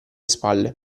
spalle